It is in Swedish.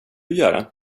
göra